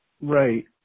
Right